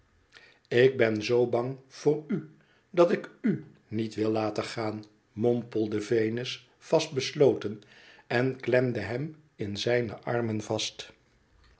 ik ben zoo bang voor u dat ik u niet wil laten gaan mompelde venus vast besloten en klemde hem in zijne armen vast